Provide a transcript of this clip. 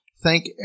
thank